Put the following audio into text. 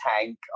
tank